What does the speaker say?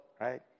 right